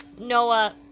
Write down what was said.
noah